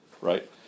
right